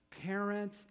parent